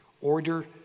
order